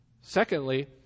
Secondly